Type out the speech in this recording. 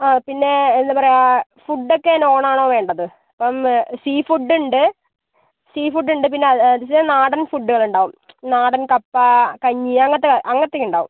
ഓ പിന്നെ എന്താ പറയാ ഫുഡൊക്കെ നോണാണോ വേണ്ടത് ഇപ്പം സീ ഫുഡ് ഉണ്ട് സീ ഫുഡുണ്ട് പിന്നെ എന്നു വെച്ചാൽ നാടൻ ഫുഡുകളുണ്ടാവും നാടൻ കപ്പ കഞ്ഞി അങ്ങനത്തെ അങ്ങനത്തേക്കെ ഉണ്ടാവും